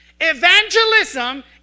Evangelism